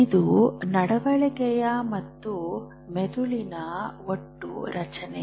ಇದು ನಡವಳಿಕೆ ಮತ್ತು ಮೆದುಳಿನ ಒಟ್ಟು ರಚನೆ